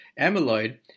amyloid